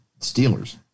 Steelers